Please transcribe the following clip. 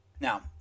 Now